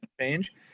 change